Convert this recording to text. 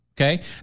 Okay